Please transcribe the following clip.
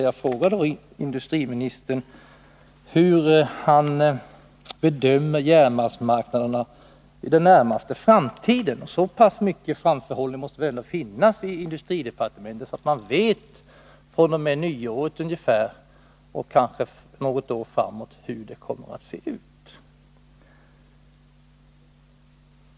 Jag frågade industriministern hur han bedömer järnmalmsmarknaden under den närmaste framtiden — så pass mycket framförhållning måste det väl ändå finnas i industridepartementet att man vet fr.o.m. nyåret ungefär och kanske något år framåt hur den kommer att se ut.